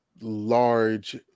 large